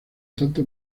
tanto